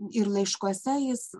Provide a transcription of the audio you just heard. ir laiškuose jis